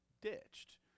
ditched